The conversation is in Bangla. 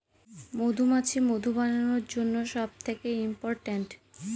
মধুমাছি মধু বানানোর জন্য সব থেকে ইম্পোরট্যান্ট